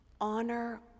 honor